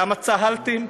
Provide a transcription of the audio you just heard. למה צהלתם?